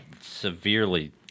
severely